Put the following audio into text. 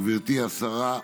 גברתי השרה,